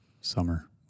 summer